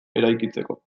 eraikitzeko